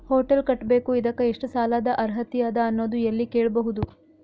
Hotel ಕಟ್ಟಬೇಕು ಇದಕ್ಕ ಎಷ್ಟ ಸಾಲಾದ ಅರ್ಹತಿ ಅದ ಅನ್ನೋದು ಎಲ್ಲಿ ಕೇಳಬಹುದು?